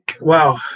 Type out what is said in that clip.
Wow